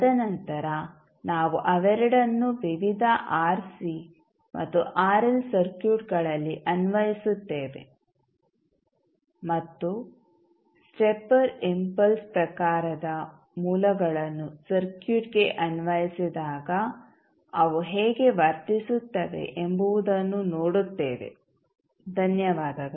ತದನಂತರ ನಾವು ಅವೆರಡನ್ನೂ ವಿವಿಧ ಆರ್ಸಿ ಮತ್ತು ಆರ್ಎಲ್ ಸರ್ಕ್ಯೂಟ್ಗಳಲ್ಲಿ ಅನ್ವಯಿಸುತ್ತೇವೆ ಮತ್ತು ಸ್ಟೆಪ್ಪರ್ ಇಂಪಲ್ಸ್ ಪ್ರಕಾರದ ಮೂಲಗಳನ್ನು ಸರ್ಕ್ಯೂಟ್ಗೆ ಅನ್ವಯಿಸಿದಾಗ ಅವು ಹೇಗೆ ವರ್ತಿಸುತ್ತವೆ ಎಂಬುದನ್ನು ನೋಡುತ್ತೇವೆ ಧನ್ಯವಾದಗಳು